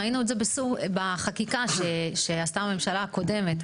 ראינו את זה בחקיקה שעשתה הממשלה הקודמת,